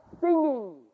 singing